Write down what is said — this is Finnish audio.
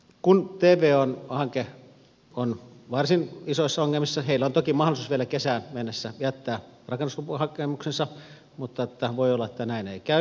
kun tvon hanke on varsin isoissa ongelmissa heillä on toki mahdollisuus vielä kesään mennessä jättää rakennuslupahakemuksensa mutta voi olla että näin ei käy